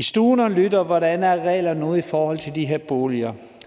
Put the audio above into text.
stuerne og lytter. Hvordan er reglerne nu i forhold til de her boliger?